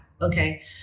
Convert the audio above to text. Okay